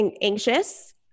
anxious